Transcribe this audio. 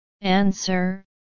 Answer